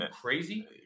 crazy